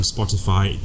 Spotify